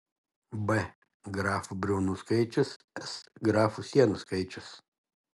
b grafų briaunų skaičius s grafų sienų skaičius